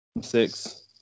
six